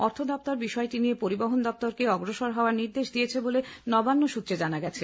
অর্থ দফতর বিষয়টি নিয়ে পরিবহন দপ্তরকে অগ্রসর হওয়ার নির্দেশ দিয়েছে বলে নবান্ন সৃত্রে জানা গিয়েছে